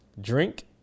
drink